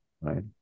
right